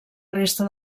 resta